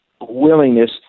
willingness